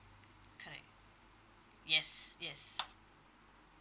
correct yes yes